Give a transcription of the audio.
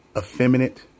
effeminate